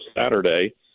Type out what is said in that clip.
Saturday